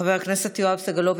חבר הכנסת יואב סגלוביץ',